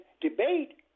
debate